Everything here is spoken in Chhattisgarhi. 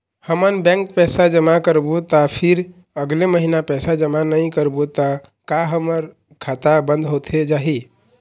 हमन बैंक पैसा जमा करबो ता फिर अगले महीना पैसा जमा नई करबो ता का हमर खाता बंद होथे जाही?